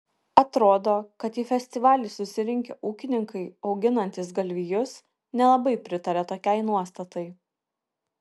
atrodo kad į festivalį susirinkę ūkininkai auginantys galvijus nelabai pritaria tokiai nuostatai